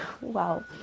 Wow